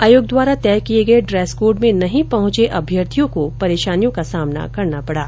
आयोग द्वारा तय किए गए ड्रेस कोड में नही पहुंचे अभ्यर्थियों को परेशानी का सामना करना पडा